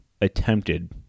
attempted